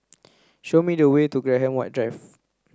show me the way to Graham White Drive